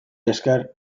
esker